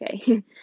okay